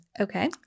Okay